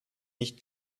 nicht